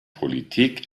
politik